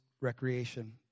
recreation